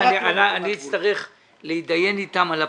אני אצטרך להתדיין אתם על הפרטים.